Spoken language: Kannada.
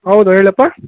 ಹೌದು ಹೇಳಪ್ಪ